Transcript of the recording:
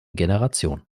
generation